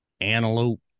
Antelope